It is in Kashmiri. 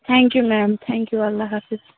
تھینٛکیوٗ میٚم تھینٛکیوٗ اللّٰہ حافظ